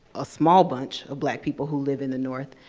a small bunch of black people who live in the north,